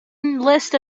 list